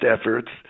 efforts